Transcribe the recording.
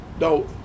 No